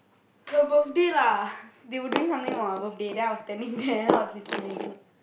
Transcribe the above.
her birthday lah they were doing something for my birthday then I was standing there then I was listening